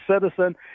citizen